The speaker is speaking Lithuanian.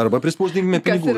arba prispausdinkime pinigų